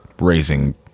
raising